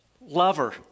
Lover